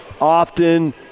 often